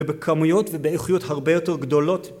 ‫ובכמויות ובאיכויות הרבה יותר גדולות.